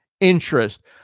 interest